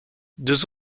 deux